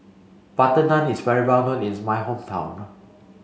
butter naan is well known in my hometown